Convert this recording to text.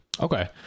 Okay